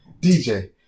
DJ